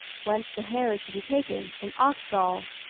whence the hair is to be taken, in ox-gall,